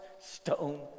stone